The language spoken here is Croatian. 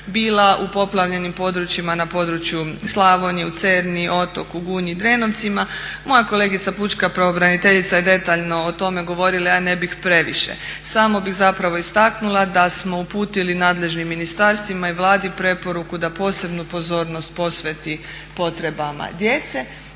bila u poplavljenim područjima na području Slavonije, u Cerni, Otoku, Gunji, Drenovcima, moja kolegica pučka pravobraniteljica je detaljno o tome govorila, ja ne bih previše, samo bih zapravo istaknula da smo uputili nadležnim ministarstvima i Vladi preporuku da posebnu pozornost posveti potrebama djece.